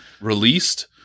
released